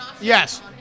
Yes